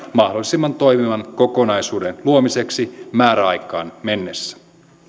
mahdollisimman toimivan kokonaisuuden luomiseksi määräaikaan mennessä